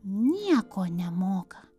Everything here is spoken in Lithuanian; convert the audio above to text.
nieko nemoka